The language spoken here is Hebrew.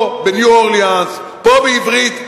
פה בעברית,